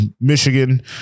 Michigan